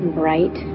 bright